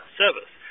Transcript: service